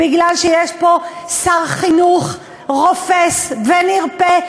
בגלל שיש פה שר חינוך רופס ונרפה,